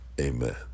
amen